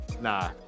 nah